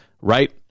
right